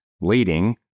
leading